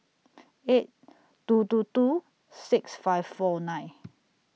eight two two two six five four nine